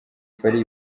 fally